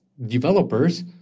developers